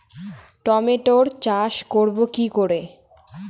টমেটোর চাষ করব কি করে?